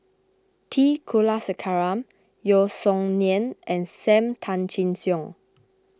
T Kulasekaram Yeo Song Nian and Sam Tan Chin Siong